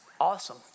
awesome